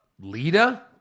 Lita